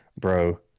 bro